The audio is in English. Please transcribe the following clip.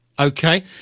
Okay